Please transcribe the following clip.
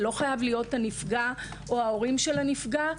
זה לא חייב להיות הנפגע או ההורים של הנפגע,